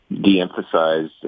de-emphasize